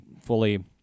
fully